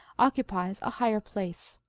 occupies a higher place.